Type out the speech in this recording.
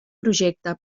projecte